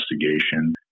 investigation